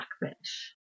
Blackfish